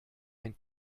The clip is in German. ein